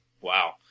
wow